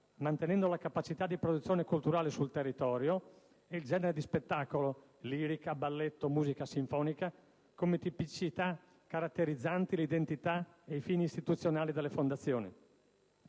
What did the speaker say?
mantenendo la capacità di produzione culturale sul territorio e il genere di spettacolo (lirica, balletto, musica sinfonica) come tipicità caratterizzanti l'identità e i fini istituzionali delle fondazioni;